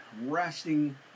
resting